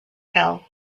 hill